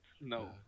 no